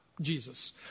Jesus